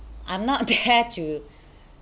I'm not there to